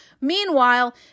Meanwhile